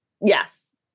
Yes